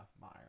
Meyer